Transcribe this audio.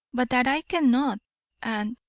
but that i cannot and,